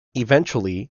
eventually